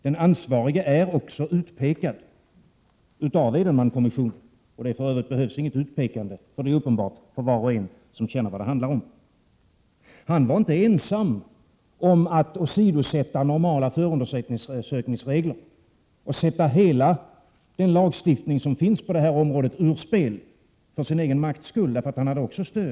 Den ansvarige är också utpekad av Edenmankommissionen. I det fallet behövs för övrigt inget utpekande, eftersom det är uppenbart för var och en som känner till vad det handlar om. Han var inte ensam om att åsidosätta normala förundersökningsregler och sätta hela den lagstiftning som finns på detta område ur spel.